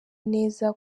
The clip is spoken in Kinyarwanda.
neza